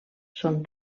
són